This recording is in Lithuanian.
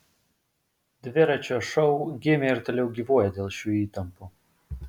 dviračio šou gimė ir toliau gyvuoja dėl šių įtampų